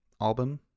album